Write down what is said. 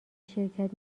شرکت